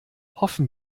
hoffen